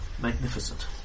Magnificent